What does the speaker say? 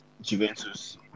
Juventus